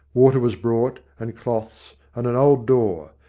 water was brought, and cloths, and an old door.